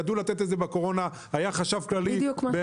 ידעו לתת את זה בקורונה והיה חשב כללי --- היה